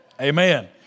Amen